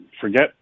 forget